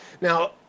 now